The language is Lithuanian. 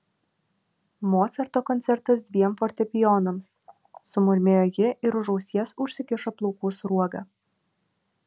mocarto koncertas dviem fortepijonams sumurmėjo ji ir už ausies užsikišo plaukų sruogą